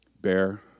Bear